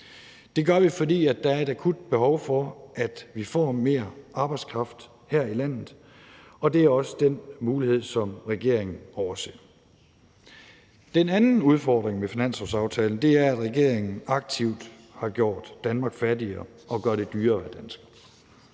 Det gør vi, fordi der er et akut behov for, at vi får mere arbejdskraft her i landet, og det er også den mulighed, som regeringen overser. Den anden udfordring med finanslovsaftalen er, at regeringen aktivt har gjort Danmark fattigere og gør det dyrere at være dansker.